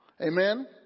Amen